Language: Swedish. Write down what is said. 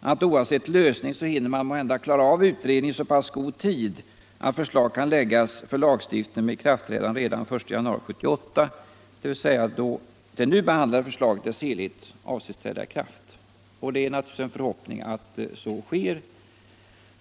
att oavsett lösning hinner man måhända klara av utredningen i så pass god tid att förslag kan läggas för lagstiftning med ikraftträdande redan den 1 januari 1978, dvs. då det nu behandlade förslaget i sin helhet avses träda i kraft. Det är naturligtvis att hoppas att så sker.